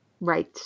Right